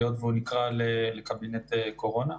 היות והוא נקרא לקבינט קורונה.